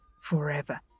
Forever